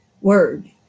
word